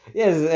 yes